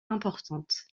importante